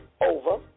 over